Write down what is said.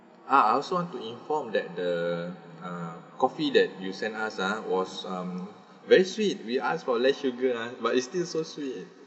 ah I also want to inform that the uh coffee that you sent us ah was um very sweet we asked for less sugar ah but it's still so sweet